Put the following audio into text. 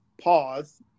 pause